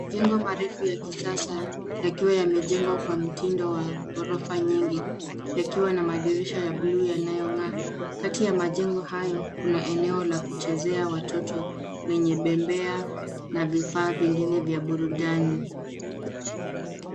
Majengo marefu ya kisasa yakiwa yamejengwa kwa mtindo wa ghorofa nyingi yakiwa na madirisha ya blue yanayong'aa. Katikati ya majengo hayo kuna eneo la kuchezea ya watoto wenye bembea na vifaa vingine vya burudani.